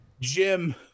Jim